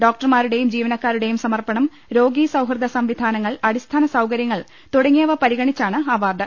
ഡോക്ടർമാരുടേയും ജീവനക്കാരുടെയും സമർപ്പണം രോഗീ സൌഹൃദ സംവിധാന്നങ്ങൾ അടിസ്ഥാന സൌകര്യങ്ങൾ തുടങ്ങി യവ പരിഗണിച്ചാണ് അവാർഡ്